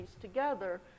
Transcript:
together